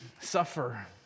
suffer